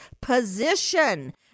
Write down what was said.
position